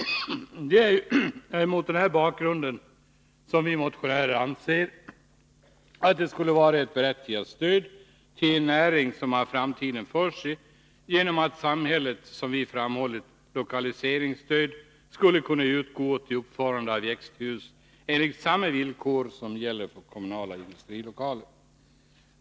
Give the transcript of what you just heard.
Det är mot den bakgrunden som vi motionärer anser att det skulle vara ett berättigat stöd till en näring som har framtiden för sig om samhället, som vi motionärer framhållit, skulle kunna ge lokaliseringsstöd till uppförande av växthus enligt samma villkor som gäller för kommunala industrilokaler.